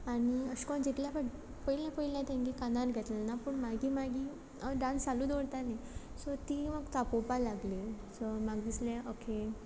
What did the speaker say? आनी अश कोन जितले फाट पयलें पयलें तेंगे कानान घेतलें ना पूण मागी मागी हांव डांस चालू दोवरतालें सो तीं म्हाक तापोवपा लागलीं सो म्हाका दिसलें ओके